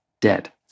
dead